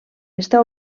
està